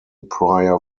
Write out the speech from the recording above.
prior